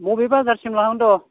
बबे बाजारसिम लाङो होनद'